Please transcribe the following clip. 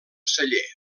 celler